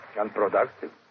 Unproductive